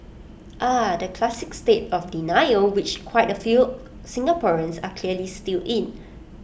ah the classic state of denial which quite A few Singaporeans are clearly still in